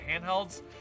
handhelds